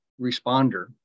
responder